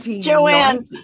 Joanne